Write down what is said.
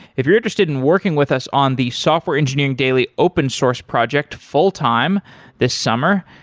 if you're interested in working with us on the software engineering daily open source project fulltime this summer,